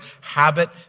habit